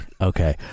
okay